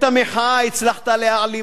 את המחאה הצלחת להעלים